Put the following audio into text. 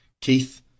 Keith